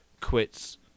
quits